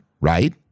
right